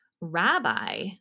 Rabbi